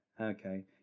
Okay